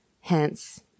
hence